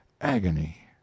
agony